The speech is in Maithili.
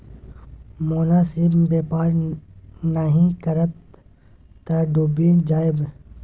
मोनासिब बेपार नहि करब तँ डुबि जाएब